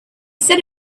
set